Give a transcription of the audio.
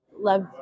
love